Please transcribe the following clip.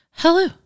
Hello